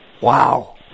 Wow